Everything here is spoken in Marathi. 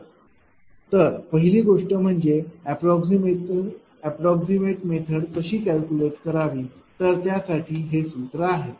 तर तर पहिली गोष्ट म्हणजे अप्राक्समैट मेथड कशी कॅलकुलेट करावी तर त्यासाठी हे सूत्र आहे